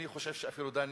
אני חושב שאפילו דני